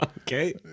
Okay